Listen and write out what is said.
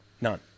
None